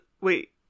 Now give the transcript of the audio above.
wait